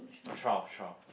twelve twelve